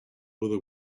whether